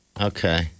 Okay